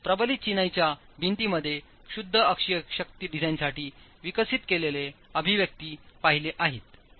आम्ही प्रबलित चिनाईच्या भिंतीमध्ये शुद्ध अक्षीय शक्ती डिझाइनसाठी विकसित केलेले अभिव्यक्ती पाहिले आहेत